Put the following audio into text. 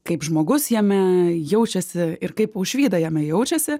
kaip žmogus jame jaučiasi ir kaip aušvyda jame jaučiasi